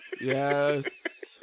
Yes